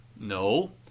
No